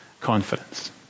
confidence